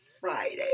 Friday